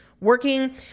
working